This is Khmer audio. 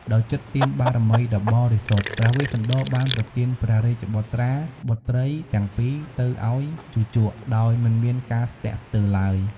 ដោយចិត្តទានបារមីដ៏បរិសុទ្ធ ព្រះវេស្សន្តរបានប្រទានព្រះរាជបុត្រាបុត្រីទាំងពីរទៅឱ្យជូជក ដោយមិនមានការស្ទាក់ស្ទើរឡើយ។